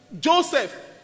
Joseph